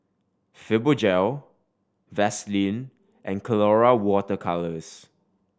Fibogel Vaselin and Colora Water Colours